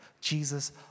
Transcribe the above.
Jesus